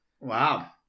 wow